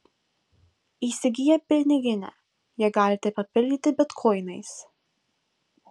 įsigiję piniginę ją galite papildyti bitkoinais